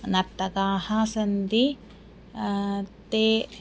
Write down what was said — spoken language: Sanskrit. नर्तकाः सन्ति ते